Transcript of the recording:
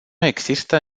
există